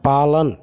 पालन